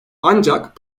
ancak